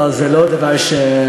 אבל זה לא דבר שכולם,